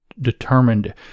determined